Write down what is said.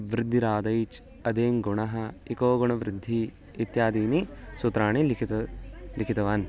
वृद्धिरादैच् अदेङ्गुणः इको गुणवृद्धिः इत्यादीनि सूत्राणि लिखितवान् लिखितवान्